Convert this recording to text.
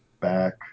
back